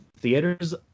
theaters